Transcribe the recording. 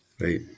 Right